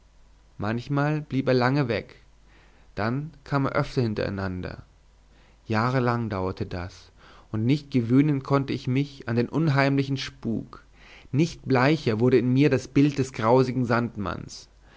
manchmal blieb er lange weg dann kam er öfter hintereinander jahrelang dauerte das und nicht gewöhnen konnte ich mich an den unheimlichen spuk nicht bleicher wurde in mir das bild des grausigen sandmanns